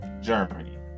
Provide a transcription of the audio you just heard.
Germany